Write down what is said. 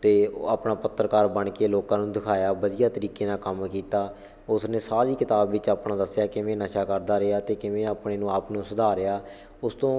ਅਤੇ ਉਹ ਆਪਣਾ ਪੱਤਰਕਾਰ ਬਣ ਕੇ ਲੋਕਾਂ ਨੂੰ ਦਿਖਾਇਆ ਵਧੀਆ ਤਰੀਕੇ ਨਾਲ ਕੰਮ ਕੀਤਾ ਉਸਨੇ ਸਾਰੀ ਕਿਤਾਬ ਵਿੱਚ ਆਪਣਾ ਦੱਸਿਆ ਕਿਵੇਂ ਨਸ਼ਾ ਕਰਦਾ ਰਿਹਾ ਅਤੇ ਕਿਵੇਂ ਆਪਣੇ ਨੂੰ ਆਪ ਨੂੰ ਸੁਧਾਰਿਆ ਉਸ ਤੋਂ